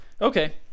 Okay